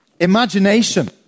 imagination